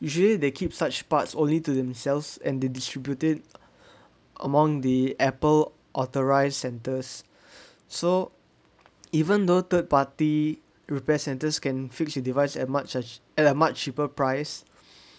usually they keep such parts only to themselves and they distributed among the Apple-authorised centres so even though third party repair centres can fix the device at much as at a much cheaper price